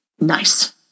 Nice